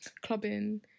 clubbing